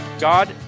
God